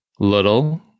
Little